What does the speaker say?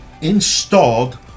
installed